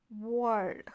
World